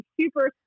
super